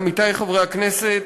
עמיתי חברי הכנסת,